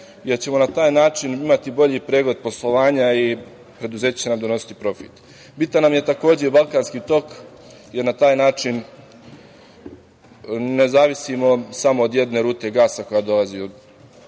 jer ćemo na taj način imati bolji pregled poslovanja i preduzeća će nam donositi profit. Bitan nam je takođe Balkanski tok, jer na taj način ne zavisimo samo od jedne rute gasa koja dolazi preko